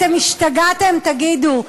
אתם השתגעתם, תגידו?